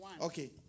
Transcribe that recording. Okay